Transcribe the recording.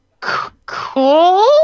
Cool